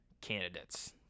candidates